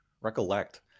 recollect